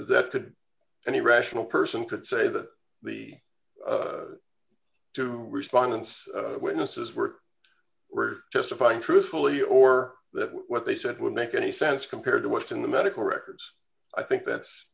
could any rational person could say that the two response witnesses were were testifying truthfully or that what they said would make any sense compared to what's in the medical records i think that's